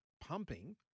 pumping